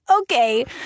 okay